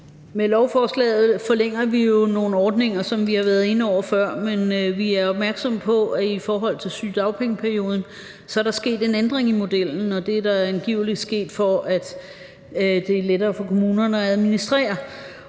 Med lovforslaget forlænger vi jo nogle ordninger, som vi har været inde over før, men vi er opmærksomme på, at i forhold til sygedagpengeperioden er der sket en ændring i modellen, og den er angivelig sket, for at det er lettere for kommunerne at administrere,